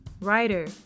writer